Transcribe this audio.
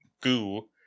goo